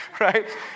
right